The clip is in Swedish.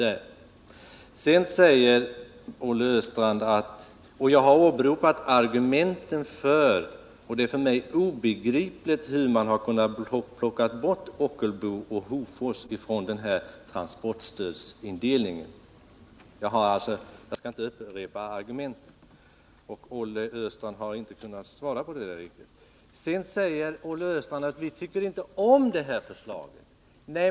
Olle Östrand tog upp vad jag sade om Ockelbo och Hofors. Det är för mig obegripligt hur man kunnat lämna Ockelbo och Hofors utanför transportstödszon 1. Jag skall inte upprepa argumenten, trots att Olle Östrand inte kunnat svara riktigt på frågan. Sedan säger Olle Östrand att socialdemokraterna inte tycker om förslaget.